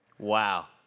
Wow